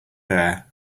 there